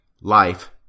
Life